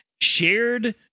shared